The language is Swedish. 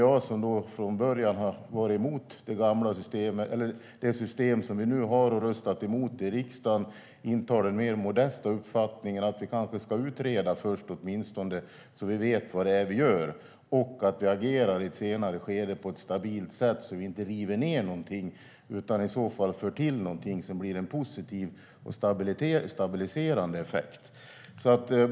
Jag, som från början varit emot det system som vi nu har och röstat emot det i riksdagen, intar den mer modesta uppfattningen att vi kanske åtminstone ska utreda först. På så sätt vet vi vad vi gör och kan i ett senare skede agera på ett stabilt sätt så att vi inte river ned någonting utan i så fall tillför sådant som har en positiv och stabiliserande effekt.